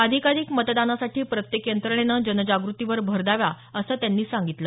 अधिकाधिक मतदानासाठी प्रत्येक यंत्रणेनं जनजागृतीवर भर द्यावा असं त्यांनी सांगितलं